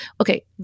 Okay